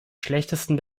schlechtesten